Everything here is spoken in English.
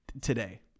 today